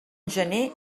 gener